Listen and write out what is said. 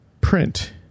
Print